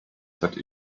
that